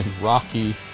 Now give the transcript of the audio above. Rocky